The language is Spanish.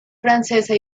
francesa